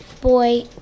boy